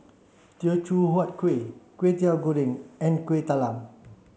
Teochew Huat Kueh Kwetiau Goreng and Kueh Talam